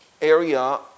area